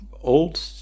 old